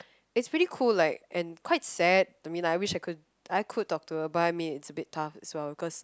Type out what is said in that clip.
is pretty cool like and quite sad I mean like I wish I could I could talk to her but I mean it's a bit tough so cause